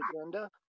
agenda